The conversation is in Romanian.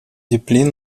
deplin